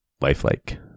lifelike